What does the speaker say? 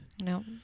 No